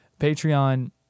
Patreon